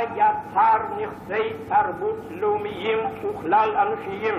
בה יצר נכסי תרבות לאומיים וכלל-אנושיים